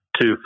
two